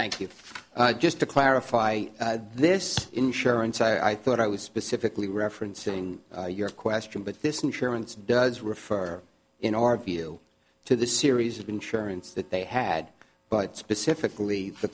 you just to clarify this insurance i thought i was specifically referencing your question but this insurance does refer in our view to the series of insurance that they had but specifically